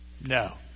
No